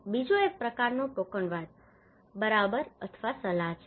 બીજો એક પ્રકારનો ટોકનવાદ બરાબર અથવા સલાહ છે